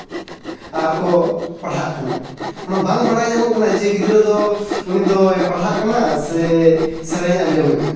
ᱟᱨ ᱠᱚ ᱯᱟᱲᱦᱟᱜ ᱠᱟᱱᱟ ᱚᱱᱟ ᱵᱟᱝ ᱵᱟᱰᱟᱭ ᱧᱟᱢᱚᱜ ᱠᱟᱱᱟ ᱡᱮ ᱜᱤᱫᱽᱨᱟᱹ ᱫᱚ ᱩᱱᱤ ᱫᱚᱭ ᱯᱟᱲᱦᱟᱜ ᱠᱟᱱᱟ ᱥᱮ ᱥᱮᱨᱮᱧᱮ ᱟᱸᱡᱚᱢᱮᱫᱼᱟ